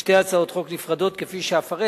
לשתי הצעות חוק נפרדות, כפי שאפרט.